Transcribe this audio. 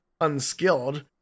unskilled